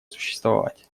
существовать